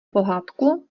pohádku